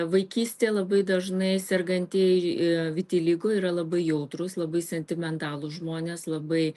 vaikystėje labai dažnai sergantieji vitiligo yra labai jautrūs labai sentimentalūs žmonės labai